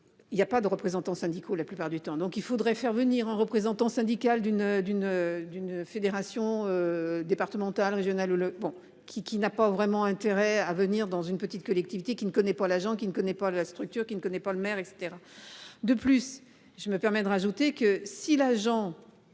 Il y a pas de représentants syndicaux. La plupart du temps, donc il faudrait faire venir un représentant syndical d'une d'une d'une fédération. Départementale, régionale ou le bon qui, qui n'a pas vraiment intérêt à venir dans une petite collectivité qui ne connaît pas l'agent qui ne connaît pas la structure qui ne connaît pas le maire et etc. De plus, je me permets de radio. Tu sais que si l'agent